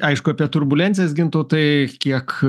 aišku apie turbulencijas gintautai kiek